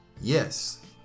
Yes